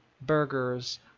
burgers